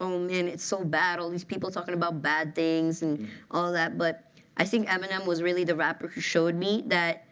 oh, man. it's so bad. all these people talking about bad things and all that. but i think eminem was really the rapper who showed me that